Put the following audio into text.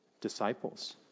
disciples